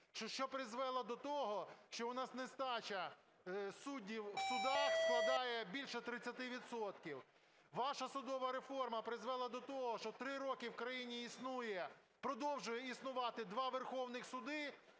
що призвело до того, що у нас нестача суддів в судах складає більше 30 відсотків. Ваша судова реформа призвела до того, що 3 роки в країні існує, продовжує існувати два верховних суди,